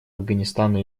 афганистану